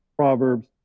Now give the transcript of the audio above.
Proverbs